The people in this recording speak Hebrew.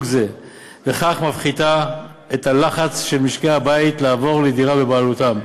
זה וכך מפחית את הלחץ של משקי-הבית לעבור לדירה בבעלותם.